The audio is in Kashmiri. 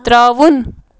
ترٛاوُن